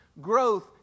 growth